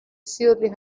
surely